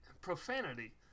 profanity